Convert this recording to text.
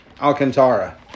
Alcantara